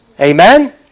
amen